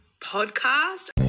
podcast